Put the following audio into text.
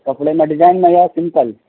کپڑے میں ڈیزائن میں یا سمپل